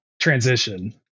transition